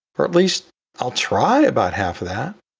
or at least i'll try about half of that.